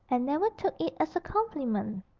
and never took it as a compliment.